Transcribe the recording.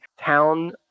town